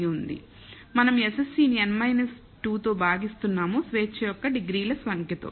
మనం SSE ని n 2 తో భాగ్ఇస్తున్నాముస్వేచ్ఛ యొక్క డిగ్రీల సంఖ్య తో